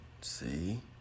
See